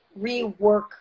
rework